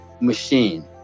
machine